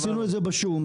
עשינו את זה בשום,